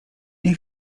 nie